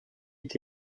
est